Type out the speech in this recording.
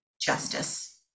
justice